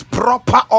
proper